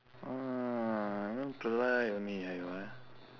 !whoa! you want to lie only ah you ah